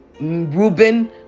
reuben